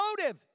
motive